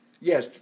yes